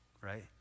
right